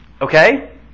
Okay